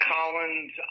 Collins